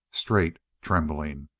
straight, trembling.